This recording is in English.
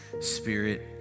spirit